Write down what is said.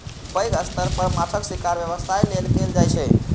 पैघ स्तर पर माछक शिकार व्यवसाय लेल कैल जाइ छै